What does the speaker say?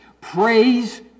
Praise